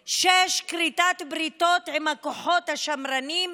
6. כריתת בריתות עם הכוחות השמרניים,